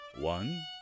One